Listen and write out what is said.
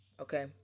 Okay